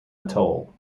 atoll